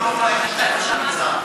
לרשותך.